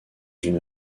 une